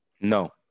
No